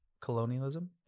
Colonialism